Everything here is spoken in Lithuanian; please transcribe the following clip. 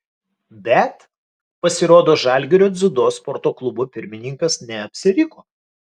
bet pasirodo žalgirio dziudo sporto klubo pirmininkas neapsiriko